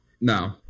No